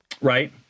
Right